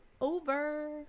over